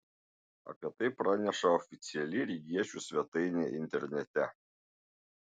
apie tai praneša oficiali rygiečių svetainė internete